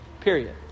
Period